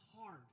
hard